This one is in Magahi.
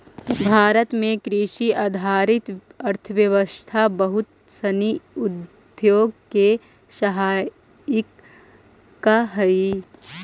भारत में कृषि आधारित अर्थव्यवस्था बहुत सनी उद्योग के सहायिका हइ